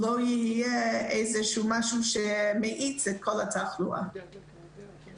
לא יכולים להפעיל סמכויות כלפי מוסד שהוא בבעלות הרשות